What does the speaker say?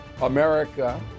America